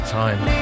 time